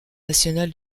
national